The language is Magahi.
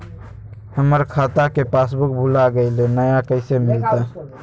हमर खाता के पासबुक भुला गेलई, नया कैसे मिलतई?